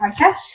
Podcast